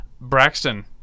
Braxton